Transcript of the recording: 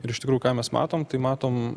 ir iš tikrųjų ką mes matom tai matom